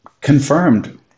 confirmed